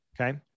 Okay